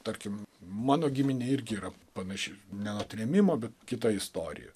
tarkim mano giminėj irgi yra panaši ne nutrėmimo bet kita istorija